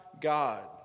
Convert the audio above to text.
God